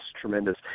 tremendous